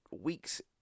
weeks